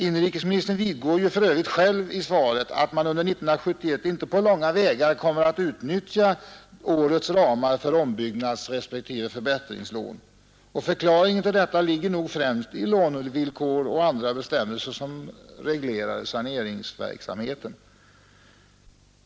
Inrikesministern vidgår själv i svaret att man under 1971 inte på långa vägar kommer att utnyttja årets ramar för ombyggnadsrespektive förbättringslån. Och förklaringen till detta ligger nog främst i lånevillkor och andra bestämmelser som reglerar saneringsverksamheten.